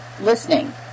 listening